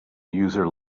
user